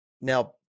Now